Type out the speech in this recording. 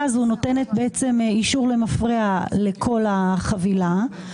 הזו נותנת בעצם אישור למפרע לכל החבילה,